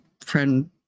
friend